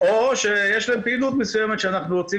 או שיש להם פעילות מסוימת שאנחנו רוצים